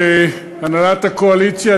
הנהלת הקואליציה,